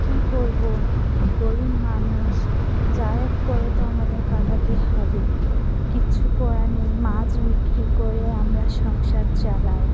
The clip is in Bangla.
কী করবো গরিব মানুষ যা হোক করে তো আমাদের কাটাতে হবে কিছু করার নেই মাছ বিক্রি করে আমরা সংসার চালাই